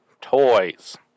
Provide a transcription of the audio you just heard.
toys